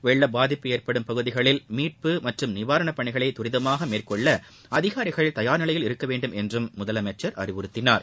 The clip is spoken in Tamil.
வெள்ளப் பாதிப்பு ஏற்படும் பகுதிகளில் மீட்பு மற்றும் நிவாரணப் பணிகளை தரிதமாக மேற்கொள்ள அதிகாரிகள் தயார் நிலையில் இருக்க வேண்டுமென்றும் முதலமைச்சர் அறிவுறுத்தினார்